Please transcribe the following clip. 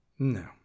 No